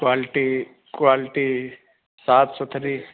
quality quality ਸਾਫ ਸੁਥਰੀ